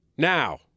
Now